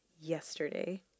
yesterday